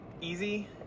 easy